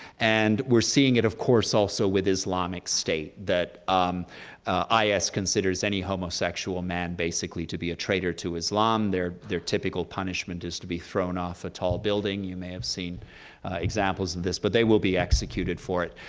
and we're seeing it of course also with islamic state, that um is considers any homosexual man basically to be a traitor to islam. their their typical punishment is to be thrown off a tall building. you may have seen examples of this, but they will be executed for it.